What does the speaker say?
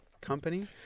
Company